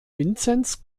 vinzenz